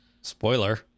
Spoiler